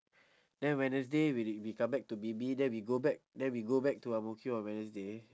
then wednesday we we come back to B_B then we go back then we go back to ang mo kio on wednesday